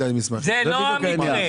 זה לא המקרה.